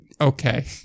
okay